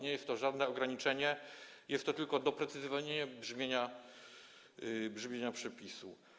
Nie jest to żadne ograniczenie, jest to tylko doprecyzowanie brzmienia przepisu.